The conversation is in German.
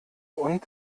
und